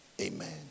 Amen